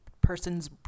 person's